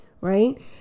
right